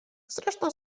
zresztą